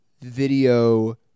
video